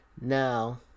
Now